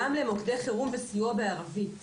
גם למוקדי חירום וסיוע בערבית.